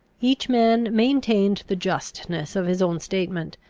each man maintained the justness of his own statement,